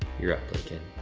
you're up, lincoln.